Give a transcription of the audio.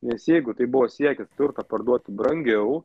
nes jeigu tai buvo siekis turtą parduoti brangiau